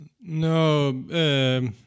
No